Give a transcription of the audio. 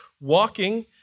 Walking